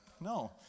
No